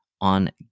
on